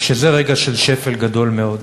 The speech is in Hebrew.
שזה רגע של שפל גדול מאוד.